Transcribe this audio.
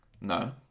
no